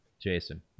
Jason